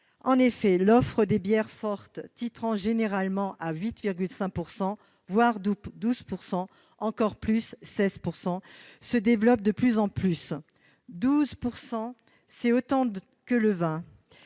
En effet, l'offre de bières fortes titrant généralement à 8,5 %, voire à 12 % ou à 16 %, se développe de plus en plus : 12 %, c'est autant que le vin.